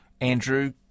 Andrew